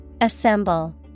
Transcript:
Assemble